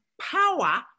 power